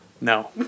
No